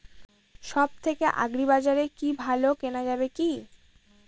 সব থেকে আগ্রিবাজারে কি ভালো কেনা যাবে কি?